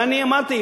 ואני אמרתי,